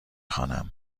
خوانم